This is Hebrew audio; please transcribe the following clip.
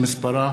שמספרה